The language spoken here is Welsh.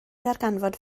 ddarganfod